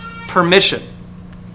permission